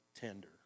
tender